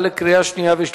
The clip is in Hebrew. (תיקון מס' 7) (דין משמעתי ותיקונים שונים),